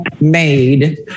made